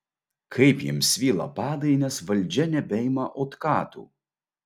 kaip jiems svyla padai nes valdžia nebeima otkatų